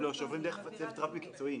שעוברים דרך הצוות הרב מקצועי.